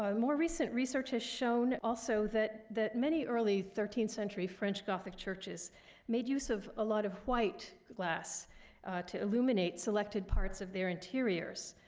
um more recent research has shown also that that many early thirteenth century french gothic churches made use of a lot of white glass to illuminate selected parts of their interiors.